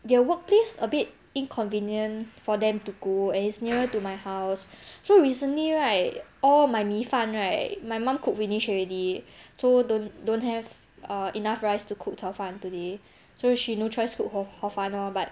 their workplace a bit inconvenient for them to go and it's nearer to my house so recently right all my 米饭 right my mom cook finish already so don't don't have err enough rice to cook 炒饭 today so she no choice cook hor~ hor fun orh but